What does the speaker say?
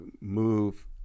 move